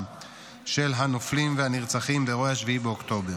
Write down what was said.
של הנופלים והנרצחים באירועי 7 באוקטובר,